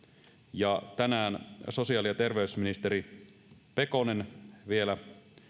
ja tänään sosiaali ja terveysministeri pekonen vielä